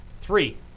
Three